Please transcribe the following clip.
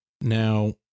Now